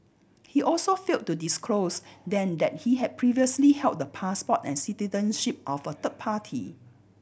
he also failed to disclose then that he had previously held the passport and citizenship of a third party